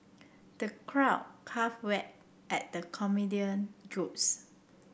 the crowd at the comedian jokes